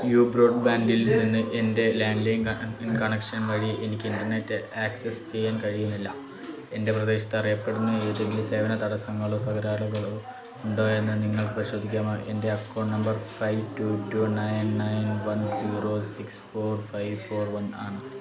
U ബ്രോഡ്ബാൻഡിൽനിന്ന് എൻ്റെ landline connection വഴി എനിക്ക് ഇൻ്റർനെറ്റ് ആക്സസ് ചെയ്യാൻ കഴിയുന്നില്ല എൻ്റെ പ്രദേശത്ത് അറിയപ്പെടുന്ന ഏതെങ്കിലും സേവന തടസ്സങ്ങളോ തകരാറുകളോ ഉണ്ടോയെന്ന് നിങ്ങൾക്ക് പരിശോധിക്കാമോ എൻ്റെ account number five two two nine nine one zero six four five four one ആണ്